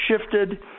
shifted